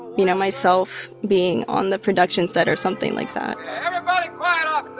you know, myself being on the production set or something like that everybody quiet on